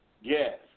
Yes